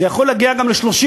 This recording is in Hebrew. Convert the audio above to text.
זה יכול להגיע גם ל-30%.